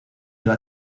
iba